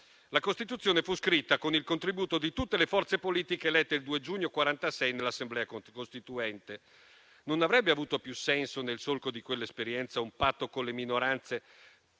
La Costituzione fu scritta con il contributo di tutte le forze politiche elette, il 2 giugno 1946, nell'Assemblea costituente. Non avrebbe avuto più senso, nel solco di quell'esperienza, un patto con le minoranze